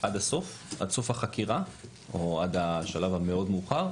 עד סוף החקירה או עד השלב המאוד-מאוחר,